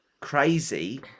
crazy